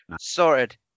sorted